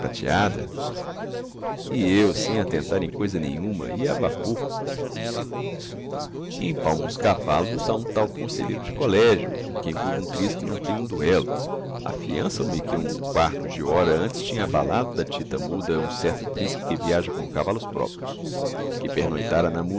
prateada e eu sem attentar em coisa nenhuma ia a vapor empalmo uns cavallos a um tal conselheiro de collegio com quem por um triz que não tenho um duéllo afiançam me que um quarto de hora antes tinha abalado da dita muda um certo principe que viaja com cavallos proprios que pernoitara na